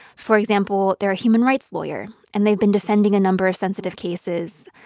for example, they're a human rights lawyer, and they've been defending a number of sensitive cases.